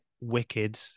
Wicked